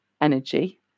energy